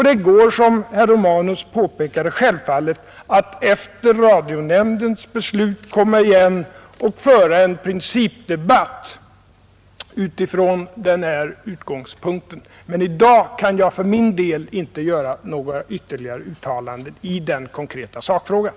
Det går, som herr Romanus påpekade, självfallet att efter radionämndens beslut komma igen och föra en principdebatt utifrån den här utgångspunkten. Men i dag kan jag för min del inte göra några ytterligare uttalanden i den konkreta sakfrågan.